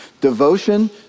Devotion